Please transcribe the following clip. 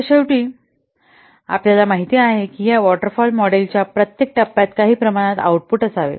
तर शेवटी आपल्याला माहिती आहे की ह्या वॉटरफॉल मॉडेल च्या प्रत्येक टप्प्यात काही प्रमाणात आउटपुट असावे